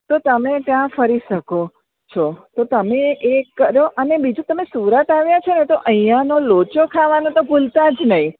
તો તમે ત્યાં ફરી શકો છો તો તમે એ કરો અને બીજું તમે સુરત આવ્યા છોને તો અહીંનો લોચો ખાવાનો તો ભૂલતા જ નહીં